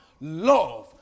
love